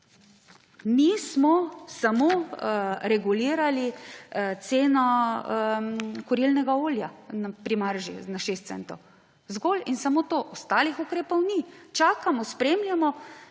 Mi smo samo regulirali ceno kurilnega olja pri marži na 6 centov. Zgolj in samo to, ostalih ukrepov ni. Čakamo, spremljamo.